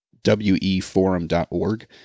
weforum.org